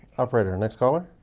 operator. next caller.